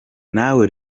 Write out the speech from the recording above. nawe